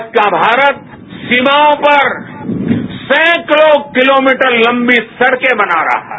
आज का भारत सीमाओं पर सैंकड़ों किलोमीटर लंबी सड़के बना रहा है